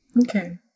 Okay